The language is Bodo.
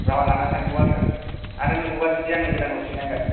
र' लानानै थांगौ आङो आरो नोंगौबा जदि आंनो गोदान हरफिन्नांगोन